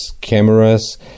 cameras